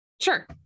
Sure